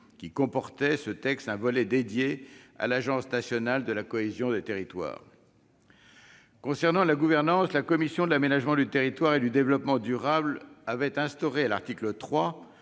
qui comportait un volet dédié à l'Agence nationale de la cohésion des territoires. Concernant la gouvernance, la commission de l'aménagement du territoire et du développement durable avait instauré, à l'article 3,